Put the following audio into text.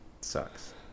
Sucks